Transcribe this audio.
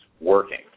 working